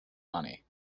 money